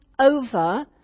over